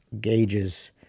gauges